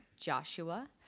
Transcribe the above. Joshua